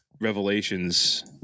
Revelations